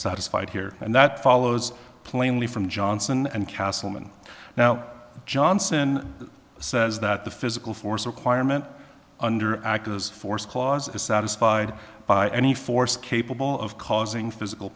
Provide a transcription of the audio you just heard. satisfied here and that follows plainly from johnson and castleman now johnson says that the physical force requirement under act as force clause is satisfied by any force capable of causing physical